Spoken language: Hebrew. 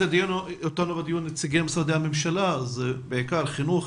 הדיון גם נציגים של משרדי הממשלה: חינוך,